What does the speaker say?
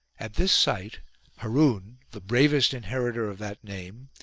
at this sight haroun, the bravest inheritor of that name,